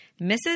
Mrs